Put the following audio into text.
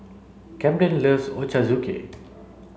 Kamden loves Ochazuke